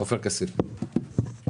עופר כסיף, בבקשה.